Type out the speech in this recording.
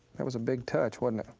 that was a big touch, wasn't